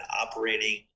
operating